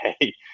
Hey